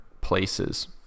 places